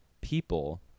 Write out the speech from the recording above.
people